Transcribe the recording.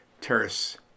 Terrace